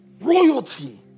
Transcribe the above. Royalty